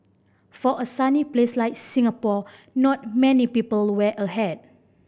for a sunny place like Singapore not many people wear a hat